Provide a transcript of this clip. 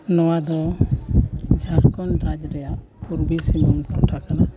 ᱱᱚᱣᱟ ᱫᱚ ᱡᱷᱟᱲᱠᱷᱚᱸᱰ ᱨᱟᱡᱽᱡᱚ ᱨᱮᱭᱟᱜ ᱯᱩᱨᱵᱚ ᱥᱤᱝᱵᱷᱩᱢ ᱴᱚᱴᱷᱟ ᱠᱟᱱᱟ